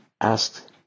ask